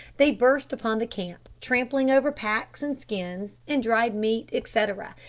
they burst upon the camp, trampling over packs and skins, and dried meat, etcetera,